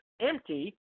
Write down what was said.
empty